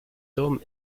tome